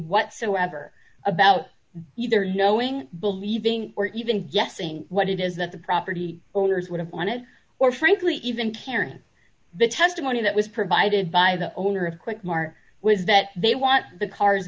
whatsoever about either knowing believing or even guessing what it is that the property owners would have wanted or frankly even comparing the testimony that was provided by the owner of quick mart was that they want the cars